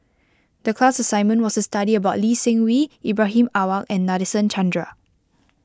the class assignment was to study about Lee Seng Wee Ibrahim Awang and Nadasen Chandra